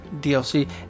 DLC